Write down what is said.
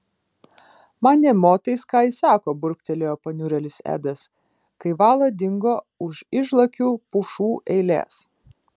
man nė motais ką ji sako burbtelėjo paniurėlis edas kai vala dingo už išlakių pušų eilės